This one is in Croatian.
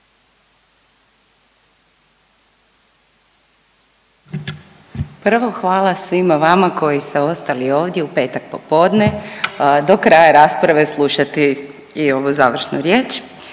Prvo hvala svima vama koji ste ostali ovdje u petak popodne do kraja rasprave slušati i ovu završnu riječ.